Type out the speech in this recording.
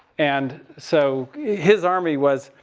and so, his army was